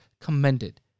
commended